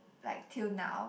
like till now